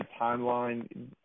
timeline